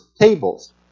tables